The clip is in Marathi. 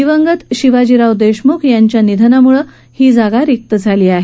दिवंगत शिवाजीराव देशमुख यांच्या निधनामुळे ही जागा रिक्त झाली आहे